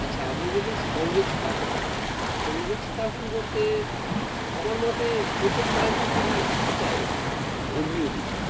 আচ্ছা আপনি বললেন সংযোগ স্থাপন সংযোগ স্থাপন বলতে আমার মতে প্রথম পয়েন্ট হিসেবেই আসতে চায় ধর্মীয় উৎসব